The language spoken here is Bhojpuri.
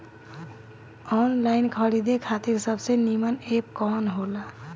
आनलाइन खरीदे खातिर सबसे नीमन एप कवन हो ला?